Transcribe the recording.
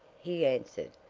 he answered,